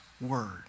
word